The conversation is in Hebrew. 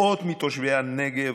מאות מתושבי הנגב,